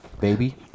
Baby